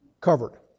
covered